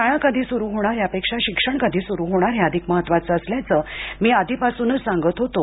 शाळा कधी सुरू होणार यापेक्षा शिक्षण कधी सुरू होणार हे अधिक महत्वाचं असल्याचं मी आधीपासूनच सांगत होतो